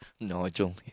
Nigel